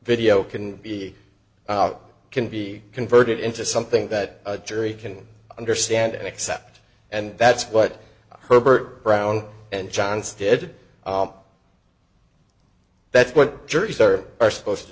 video can be can be converted into something that a jury can understand and accept and that's what herbert brown and johns did that's what juries are are supposed to